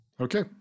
Okay